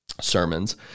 Sermons